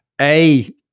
a-